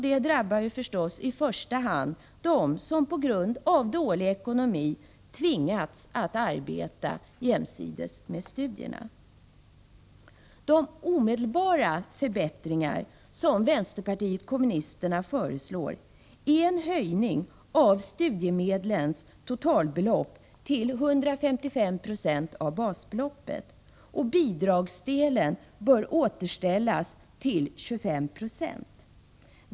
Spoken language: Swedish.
Detta drabbar förstås i första hand dem som på grund av dålig ekonomi tvingats att arbeta jämsides med studierna. De omedelbara förbättringar som vpk föreslår är en höjning av studiemedlens totalbelopp till 155 6 av basbeloppet. Bidragsdelen bör återställas till 25 20.